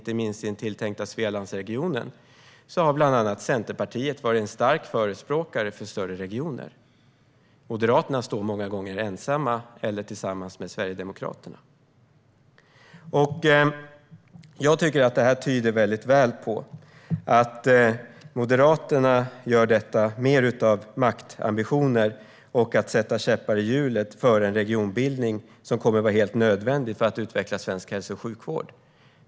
Inte minst i den tilltänkta Svealandsregionen har bland annat Centerpartiet varit en stark förespråkare för större regioner. Moderaterna står många gånger ensamma eller tillsammans med Sverigedemokraterna. Jag tycker att det här starkt tyder på att Moderaterna gör detta mer av maktambitioner och för att sätta käppar i hjulet för en regionbildning som kommer att vara helt nödvändig för att utveckla svensk hälso och sjukvård.